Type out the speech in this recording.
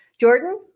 Jordan